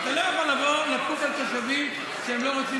אתה לא יכול לבוא, לכוף על תושבים שלא רוצים